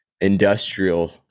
industrial